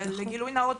גילוי נאות,